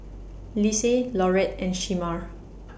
Lise Laurette and Shemar